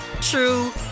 true